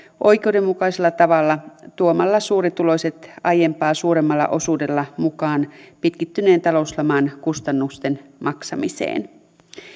oikeudenmukaisella tavalla tuomalla suurituloiset aiempaa suuremmalla osuudella mukaan pitkittyneen talouslaman kustannusten maksamiseen